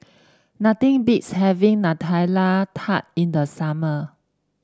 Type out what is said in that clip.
nothing beats having Nutella Tart in the summer